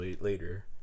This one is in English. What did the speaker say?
later